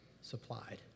supplied